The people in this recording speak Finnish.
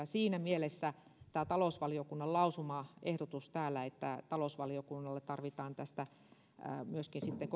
siinä mielessä on tarpeen tämä talousvaliokunnan lausumaehdotus täällä että talousvaliokunnalle tarvitaan tästä myöskin sitten